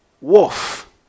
wolf